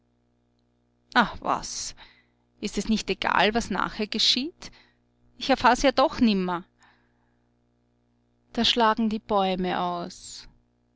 ah was ist das nicht egal was nachher geschieht ich erfahr's ja doch nimmer da schlagen die bäume aus